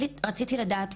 רציתי לדעת,